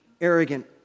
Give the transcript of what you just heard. arrogant